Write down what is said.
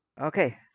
Okay